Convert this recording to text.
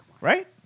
right